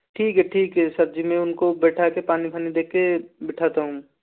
ठीक है ठीक है सर जी मैं उनको बैठाके पानी फानी दे के बिठाता हूँ